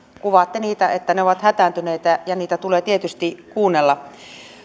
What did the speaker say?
kuvaatte niitä että ne ovat hätääntyneitä ja niitä tulee tietysti kuunnella